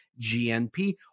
GNP